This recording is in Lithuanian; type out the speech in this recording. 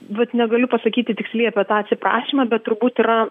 vat negaliu pasakyti tiksliai apie tą atsiprašymą bet turbūt yra